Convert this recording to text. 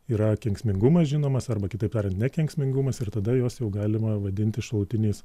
yra kenksmingumas žinomas arba kitaip tariant nekenksmingumas ir tada juos jau galima vadinti šalutiniais